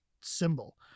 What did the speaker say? symbol